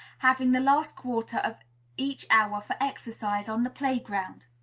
having the last quarter of each hour for exercise on the play-ground.